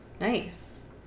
Nice